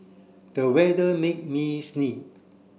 the weather made me sneeze